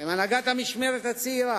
הן הנהגת המשמרת הצעירה,